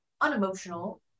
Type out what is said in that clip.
unemotional